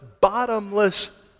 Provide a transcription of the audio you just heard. bottomless